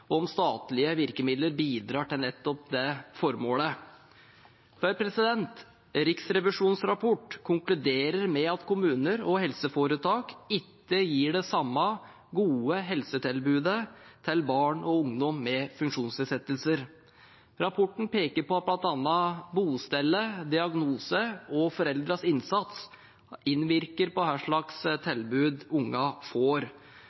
og om statlige virkemidler bidrar til nettopp det formålet. Riksrevisjonens rapport konkluderer med at kommuner og helseforetak ikke gir det samme gode helsetilbudet til barn og ungdom med funksjonsnedsettelser. Rapporten peker på at bl.a. bosted, diagnose og foreldrenes innsats innvirker på hva slags tilbud barna får,